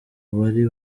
bari